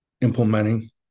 implementing